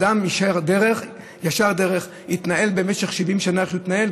אדם ישר דרך התנהל במשך 70 שנה איך שהוא התנהל,